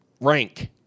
rank